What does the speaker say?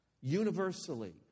Universally